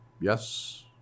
Yes